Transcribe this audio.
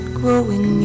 growing